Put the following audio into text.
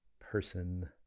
person